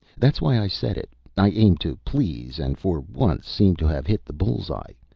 that's why i said it. i aim to please, and for once seem to have hit the bull's-eye.